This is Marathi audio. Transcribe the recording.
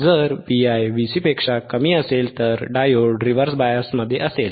जर Vi Vc पेक्षा कमी असेल तर डायोड रिव्हर्स बायसमध्ये असेल